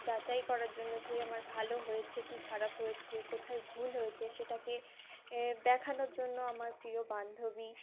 যাচাই করার জন্য যে আমার ভালো হয়েছে কী খারাপ হয়েছে কোথায় ভুল হয়েছে সেটাকে দেখানোর জন্য আমার প্রিয় বান্ধবী